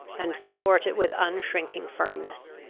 and support it with unshrinking firmness.